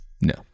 No